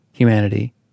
humanity